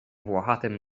włochatym